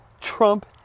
Trump